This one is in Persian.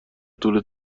طول